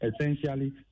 essentially